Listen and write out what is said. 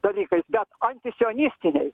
dalykais bet antisionistiniais